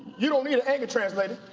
you don't need an anger translator.